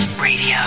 Radio